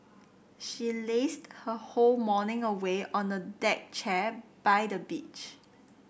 she lazed her whole morning away on a deck chair by the beach